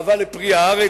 אהבה לפרי הארץ,